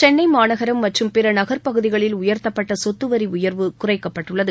சென்னை மாநகரம் மற்றும் பிற நகர்ப்பகுதிகளில் உயர்த்தப்பட்ட சொத்து வரி உயர்வு குறைக்கப்பட்டுள்ளது